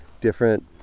different